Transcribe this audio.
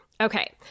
Okay